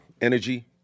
energy